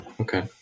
Okay